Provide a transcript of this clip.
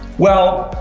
well,